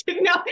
No